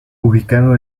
ubicado